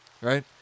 Right